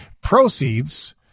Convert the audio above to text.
proceeds